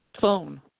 phone